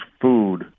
food